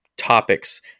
Topics